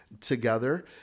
together